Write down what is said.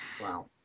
Wow